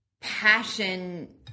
passion